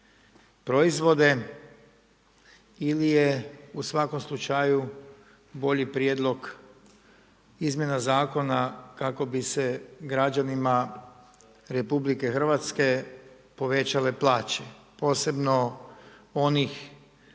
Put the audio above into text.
proizvode ili je u svakom slučaju bolji prijedlog izmjena zakona kako bi se građanima RH povećale plaće, posebno onih